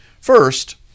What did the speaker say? First